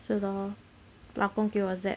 是 lor 老公给我 zap